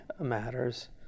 matters